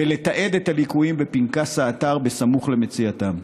ולתעד את הליקויים בפנקס האתר בסמוך למציאתם.